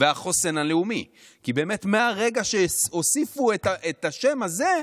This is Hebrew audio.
"והחוסן הלאומי", כי מהרגע שהוסיפו את השם הזה,